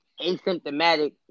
asymptomatic